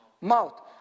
mouth